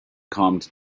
calmed